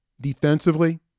defensively